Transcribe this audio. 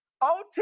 OT